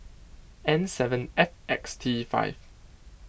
N seven F X T five